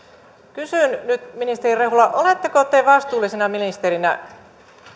kysyn nyt ministeri rehula oletteko te vastuullisena ministerinä